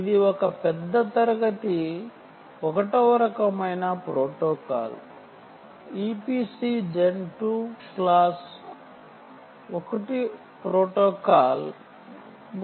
EPC Gen 2 class 1 protocol కి చెందినది